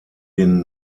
den